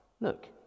Look